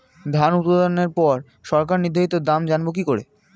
ধান উৎপাদনে পর সরকার নির্ধারিত দাম জানবো কি করে?